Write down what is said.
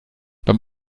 beim